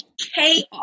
chaos